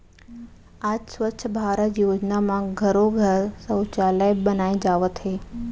आज स्वच्छ भारत योजना म घरो घर सउचालय बनाए जावत हे